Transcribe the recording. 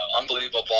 unbelievable